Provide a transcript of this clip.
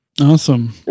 Awesome